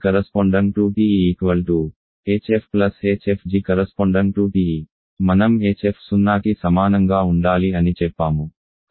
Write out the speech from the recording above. h1 hg hf hfg|TE మనం hf సున్నాకి సమానంగా ఉండాలి అని చెప్పాము